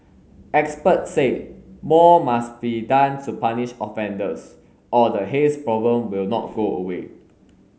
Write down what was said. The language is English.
experts say more must be done to punish offenders or the haze problem will not go away